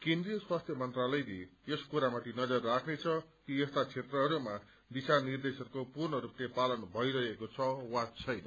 केन्द्रीय स्वास्थ्य मन्त्रालयले यस कुरामाथि नजर राख्नेछ कि यस्ता क्षेत्रहरूमा दिशा निर्देशहरूको पूर्णस्पले पालन भइरहेको छ वा छैन